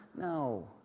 No